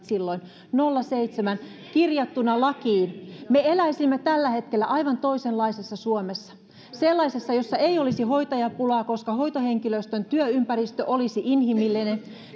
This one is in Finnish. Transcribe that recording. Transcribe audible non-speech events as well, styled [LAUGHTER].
[UNINTELLIGIBLE] silloin nolla pilkku seitsemänä kirjattuna lakiin me eläisimme tällä hetkellä aivan toisenlaisessa suomessa sellaisessa jossa ei olisi hoitajapulaa koska hoitohenkilöstön työympäristö olisi inhimillinen